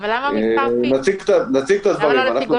נציג את הדברים.